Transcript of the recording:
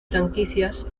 franquicias